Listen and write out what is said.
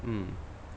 mm